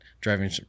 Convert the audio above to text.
Driving